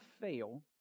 fail